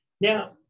Now